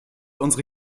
unsere